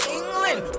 england